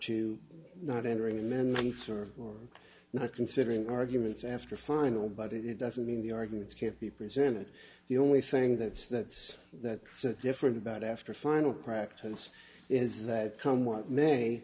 to not entering amendments or or not considering arguments after final but it doesn't mean the arguments can't be presented the only thing that's that that so different about after final practice is that come what may